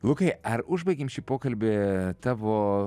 lukai ar užbaigiam šį pokalbį tavo